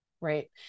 right